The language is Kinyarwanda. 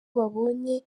babonye